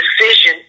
decision